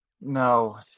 No